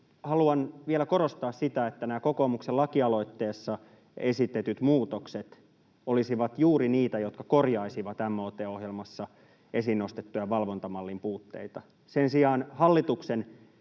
Haluan vielä korostaa, että nämä kokoomuksen lakialoitteessa esitetyt muutokset olisivat juuri niitä, jotka korjaisivat MOT-ohjelmassa esiin nostettuja valvontamallin puutteita. Sen sijaan hallituksen